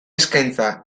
eskaintza